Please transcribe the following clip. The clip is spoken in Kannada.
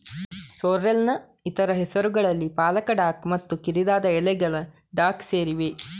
ಸೋರ್ರೆಲ್ನ ಇತರ ಹೆಸರುಗಳಲ್ಲಿ ಪಾಲಕ ಡಾಕ್ ಮತ್ತು ಕಿರಿದಾದ ಎಲೆಗಳ ಡಾಕ್ ಸೇರಿವೆ